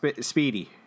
Speedy